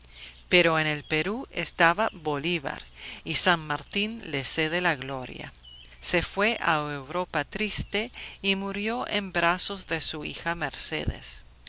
pero en el perú estaba bolívar y san martín le cede la gloria se fue a europa triste y murió en brazos de su hija mercedes